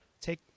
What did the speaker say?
Take